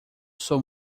sou